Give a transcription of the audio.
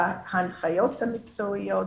בהנחיות המקצועיות,